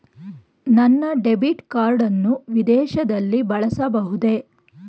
ನನ್ನ debit card ಅನ್ನು ವಿದೇಶದಲ್ಲಿ ಬಳಸಬಹುದೇ?